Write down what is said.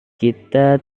kita